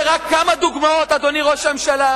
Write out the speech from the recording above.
אלה רק כמה דוגמאות, אדוני ראש הממשלה,